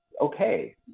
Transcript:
okay